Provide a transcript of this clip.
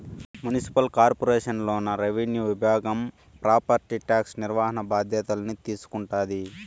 municipal corporation లోన revenue విభాగం property tax నిర్వహణ బాధ్యతల్ని తీసుకుంటాది